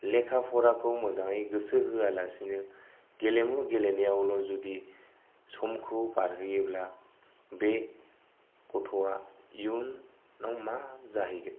लेखा फराखौ मोजाङै गोसो होआलासेनो गेलेमु गेलेनायावल' जुदि समखौ बारहोयोब्ला बे गथ'आ इयुनाव मा जाहैगोन